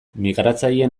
migratzaileen